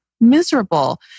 miserable